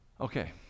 okay